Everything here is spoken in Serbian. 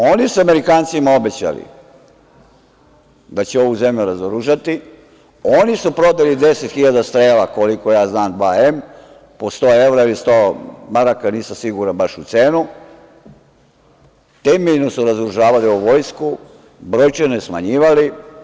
Oni su Amerikancima obećali da će ovu zemlju razoružati, oni su prodali 10 hiljada "Strela"-2M, koliko ja znam, po sto evra ili sto maraka, nisam siguran baš u cenu, temeljno su razoružavali ovu vojsku, brojčano je smanjivali.